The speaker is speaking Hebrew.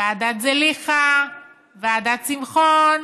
ועדת זליכה, ועדת שמחון